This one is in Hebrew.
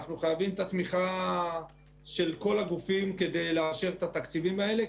אנחנו חייבים את התמיכה של כל הגופים כדי לאשר את התקציבים האלה,